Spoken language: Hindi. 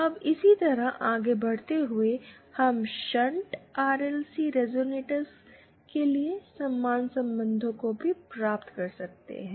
अब इसी तरह आगे बढ़ते हुए हम shunt R L C resonator के लिए समान संबंधों को भी प्राप्त कर सकते हैं